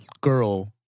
girl